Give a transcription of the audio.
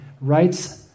writes